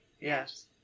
Yes